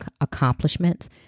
accomplishments